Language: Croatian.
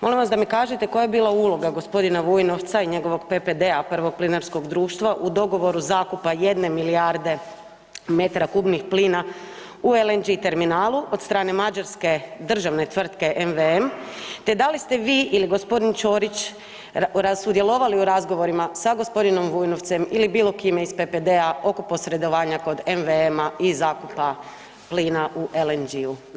Molim vas da mi kažete koja je bila uloga gospodina Vujnovca i njegovog PPD-a Prvog plinarskog društva u dogovoru zakupa jedne milijarde metra kubnih plina u LNG terminalu od strane Mađarske državne tvrtke MVM, te da li ste vi ili gospodin Ćorić sudjelovali u razgovorima sa gospodinom Vujnovcem ili bilo kime iz PPD-a oko posredovanja kod MVM i zakupa plina u LNG-u.